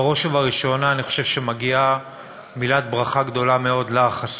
בראש ובראשונה אני חושב שמגיעה מילת ברכה גדולה מאוד לך,